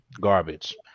garbage